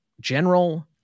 General